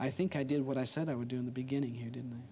i think i did what i said i would do in the beginning who didn't